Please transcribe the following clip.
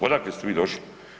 Odakle ste vi došli?